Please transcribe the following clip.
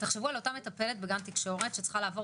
תחשבו על אותה מטפלת בגן תקשורת שצריכה לעבור,